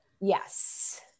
Yes